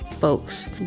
folks